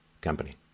company